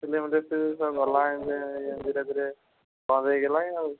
ଧିରେ ଧିରେ ବନ୍ଦ ହେଇଗଲାଣି ଆଉ